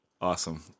Awesome